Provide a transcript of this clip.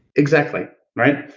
exactly, right?